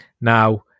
Now